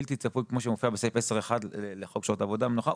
בלתי צפוי כמו שמופיע בסעיף 10(1) לחוק שעות עבודה ומנוחה,